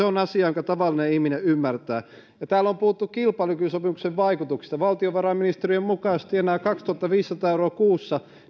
on asia jonka tavallinen ihminen ymmärtää täällä on puhuttu kilpailukykysopimuksen vaikutuksista valtiovarainministeriön mukaan jos tienaa kaksituhattaviisisataa euroa kuussa